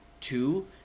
two